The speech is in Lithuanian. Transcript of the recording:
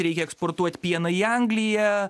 reikia eksportuot pieną į angliją